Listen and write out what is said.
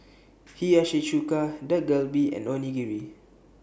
Hiyashi Chuka Dak Galbi and Onigiri